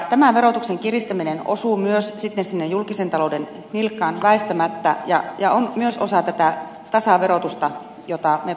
tämä verotuksen kiristäminen osuu myös sitten sinne julkisen talouden nilkkaan väistämättä ja on myös osa tätä tasaverotusta jota me perussuomalaiset vastustamme